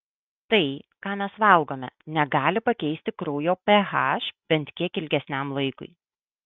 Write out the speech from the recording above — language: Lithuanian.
tai ką mes valgome negali pakeisti kraujo ph bent kiek ilgesniam laikui